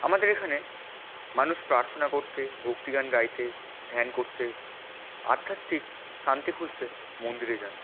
আমাদের এখানে মানুষ প্রার্থনা করতে ভক্তিগান গাইতে ধ্যান করতে আধ্যাত্মিক শান্তি খুঁজতে মন্দিরে যান